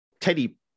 Teddy